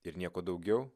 ir nieko daugiau